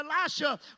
Elisha